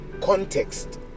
context